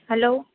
hello